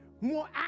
more